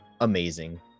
amazing